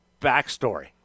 backstory